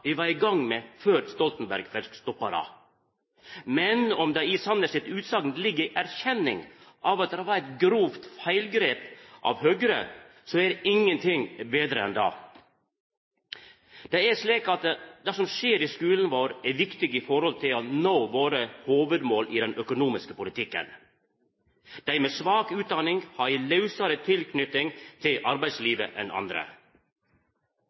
i gang med før Stoltenberg fekk stoppa det. Men om det i Sanner si utsegn ligg ei erkjenning av at det var eit grovt feilgrep av Høgre, er ingenting betre enn det. Det er slik at det som skjer i skulen vår, er viktig i forhold til å nå våre hovudmål i den økonomiske politikken. Dei med svak utdanning har ei lausare tilknyting til arbeidslivet enn andre.